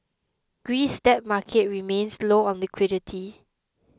Greece's debt market remains low on liquidity